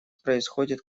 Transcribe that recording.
происходит